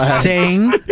sing